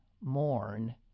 mourn